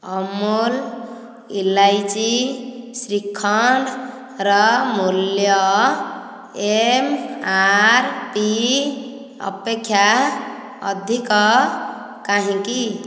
ଅମୁଲ ଇଲାଇଚି ଶ୍ରୀଖଣ୍ଡର ମୂଲ୍ୟ ଏମ୍ ଆର୍ ପି ଅପେକ୍ଷା ଅଧିକ କାହିଁକି